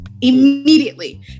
immediately